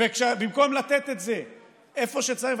במקום לתת את זה איפה שצריך.